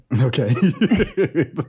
Okay